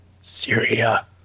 Syria